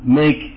make